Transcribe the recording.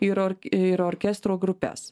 ir ir orkestro grupes